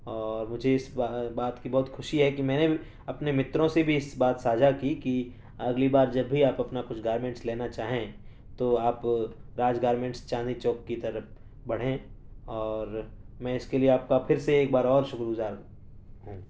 اور مجھے اس بات کی بہت خوشی ہے کہ میں نے اپنے متروں سے بھی اس بات ساجھا کی کہ اگلی بار جب بھی آپ اپنا کچھ گارمنٹس لینا چاہیں تو آپ راج گارمنٹس چاندنی چوک کی طرف بڑھیں اور میں اس کے لیے آپ کا پھر سے ایک بار اور شکر گزار ہوں